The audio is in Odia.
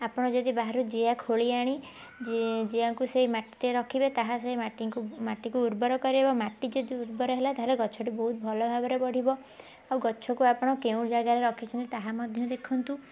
ଆପଣ ଯଦି ବାହାରୁ ଜିଆ ଖୋଳି ଆଣି ଜିଆଙ୍କୁ ସେଇ ମାଟିରେ ରଖିବେ ତାହା ସେଇ ମାଟିଙ୍କୁ ମାଟିକୁ ଉର୍ବର କରେଇବ ମାଟି ଯଦି ଉର୍ବର ହେଲା ତା'ହେଲେ ଗଛଟି ବହୁତ ଭଲ ଭାବରେ ବଢ଼ିବ ଆଉ ଗଛକୁ ଆପଣ କେଉଁ ଜାଗାରେ ରଖିଛନ୍ତି ତାହା ମଧ୍ୟ ଦେଖନ୍ତୁ